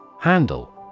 Handle